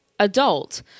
adult